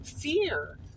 fear